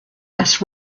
less